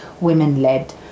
women-led